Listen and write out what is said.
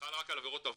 חל רק על עבירות עוון.